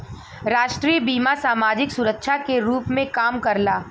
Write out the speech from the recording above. राष्ट्रीय बीमा समाजिक सुरक्षा के रूप में काम करला